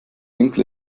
winkel